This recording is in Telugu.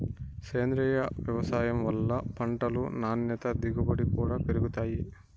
సేంద్రీయ వ్యవసాయం వల్ల పంటలు నాణ్యత దిగుబడి కూడా పెరుగుతాయి